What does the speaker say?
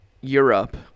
europe